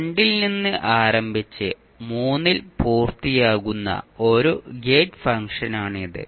രണ്ടിൽ നിന്ന് ആരംഭിച്ച് മൂന്നിൽ പൂർത്തിയാകുന്ന ഒരു ഗേറ്റ് ഫംഗ്ഷനാണിത്